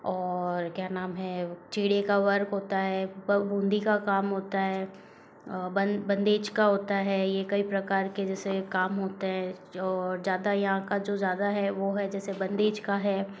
और क्या नाम है चिड़ी का वर्क होता है पा बूँदी का काम होता है बन बंधेज का होता है ये कई प्रकार के जैसे काम होते हैं जो ज़्यादा यहाँ का जो ज़्यादा है वह है जैसे बंधेज का है